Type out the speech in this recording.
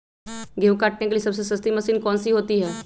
गेंहू काटने के लिए सबसे सस्ती मशीन कौन सी होती है?